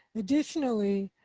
additionally,